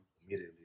immediately